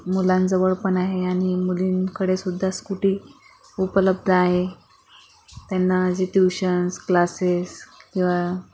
मुलांजवळ पण आहे आणि मुलींकडेसुद्धा स्कूटी उपलब्ध आहे त्यांना जे ट्युशन्स क्लासेस किंवा